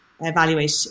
evaluate